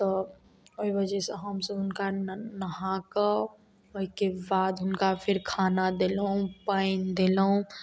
तऽ ओहि वजह सँ हमसभ हुनका ने नहाकऽ ओहिके बाद हुनका फेर खाना देलहुॅं पानि देलहुॅं